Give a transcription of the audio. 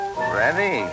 Ready